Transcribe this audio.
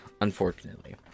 unfortunately